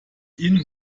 ihnen